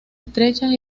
estrechas